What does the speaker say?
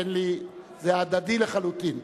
זה הדדי לחלוטין.